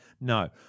no